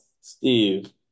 Steve